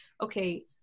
okay